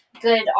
good